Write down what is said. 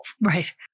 Right